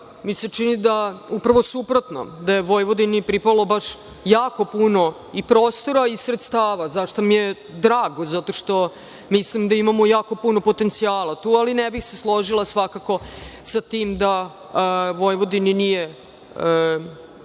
mi se upravo suprotno. Vojvodini je pripalo baš jako puno prostora i sredstava. Drago mi je zato što mislim da imamo jako puno potencijala tu, ali ne bih se složila svakako sa tim da Vojvodini nije